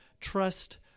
trust